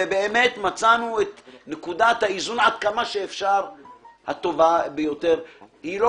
ובאמת מצאנו את נקודת האיזון הטובה ביותר עד כמה